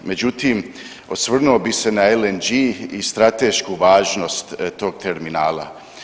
Međutim, osvrnuo bih se na LNG i stratešku važnost tog terminala.